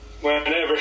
whenever